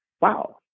wow